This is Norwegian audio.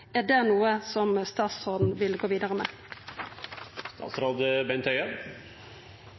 Er det noko som statsråden vil gå vidare med?